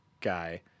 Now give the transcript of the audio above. guy